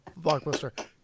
blockbuster